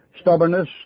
stubbornness